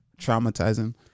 traumatizing